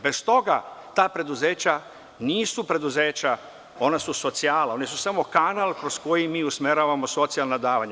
Bez toga ta preduzeća nisu preduzeća, ona su socijala, ona su samo kanal kroz koji mi usmeravamo socijalna davanja.